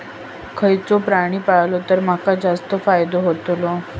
खयचो प्राणी पाळलो तर माका जास्त फायदो होतोलो?